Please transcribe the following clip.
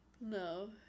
No